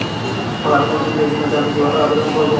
প্রধান মন্ত্রী যোজনাতে আমি কিভাবে আবেদন করবো?